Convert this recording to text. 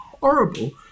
horrible